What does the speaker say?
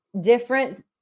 different